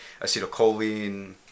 acetylcholine